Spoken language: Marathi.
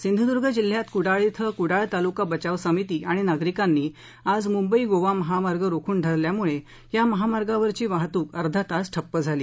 सिंधूदुर्ग जिल्ह्यात कुडाळ इथ कुडाळ तालुका बचाव समिती आणि नागरिकांनी आज मुंबई गोवा महामार्ग रोखून धरल्यामुळे या महामार्गावरची वाहतूक अर्धातास ठप्प झाली